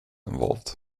involved